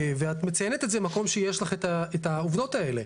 ואת מציינת את זה מקום שיש לך את העובדות האלה.